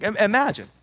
Imagine